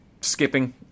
skipping